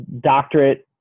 doctorate